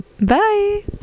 Bye